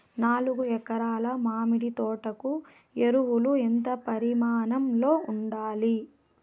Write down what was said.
నాలుగు ఎకరా ల మామిడి తోట కు ఎరువులు ఎంత పరిమాణం లో ఉండాలి?